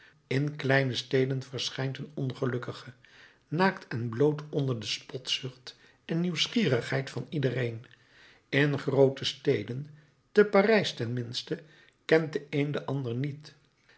in kleine steden verschijnt een ongelukkige naakt en bloot onder de spotzucht en nieuwsgierigheid van iedereen in groote steden te parijs ten minste kent de een den ander niet